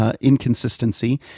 Inconsistency